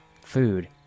food